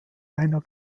einer